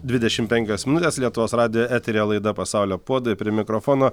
dvidešim penkios minutės lietuvos radijo eteryje laida pasaulio puodai prie mikrofono